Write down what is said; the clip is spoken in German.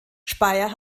speyer